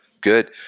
Good